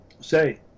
say